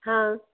हाँ